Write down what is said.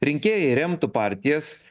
rinkėjai remtų partijas